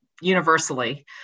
universally